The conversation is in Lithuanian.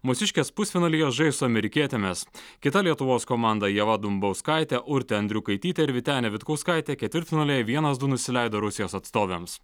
mūsiškės pusfinalyje žais su amerikietėmis kita lietuvos komanda ieva dumbauskaitė urtė andriukaitytė ir vytenė vitkauskaitė ketvirtfinalyje vienas du nusileido rusijos atstovėms